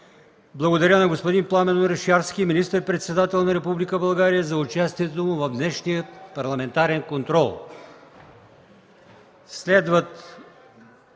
Благодаря на господин Пламен Орешарски – министър-председател на Република България, за участието му в днешния парламентарен контрол.